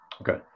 Okay